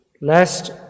lest